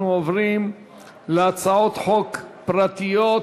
אנחנו עוברים להצעות חוק פרטיות,